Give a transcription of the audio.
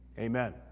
Amen